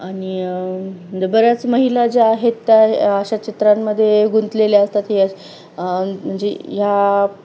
आणि जे बऱ्याच महिला ज्या आहेत त्या अशा चित्रांमध्ये गुंतलेल्या असतात हे म्हणजे या